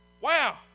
Wow